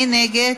מי נגד?